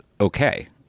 okay